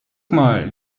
mal